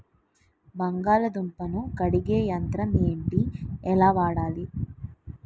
బంగాళదుంప ను కడిగే యంత్రం ఏంటి? ఎలా వాడాలి?